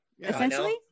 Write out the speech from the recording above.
essentially